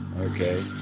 Okay